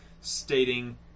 stating